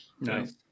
nice